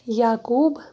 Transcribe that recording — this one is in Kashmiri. یاقوٗب